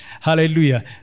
Hallelujah